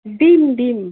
ডিম ডিম